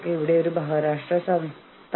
നിങ്ങൾക്കറിയാം അതിനാൽ ദയവായി ഇത് പറയരുത്